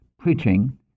preaching